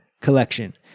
Collection